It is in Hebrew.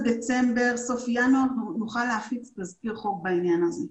דצמבר-סוף ינואר נוכל להפיץ תזכיר חוק בעניין הזה.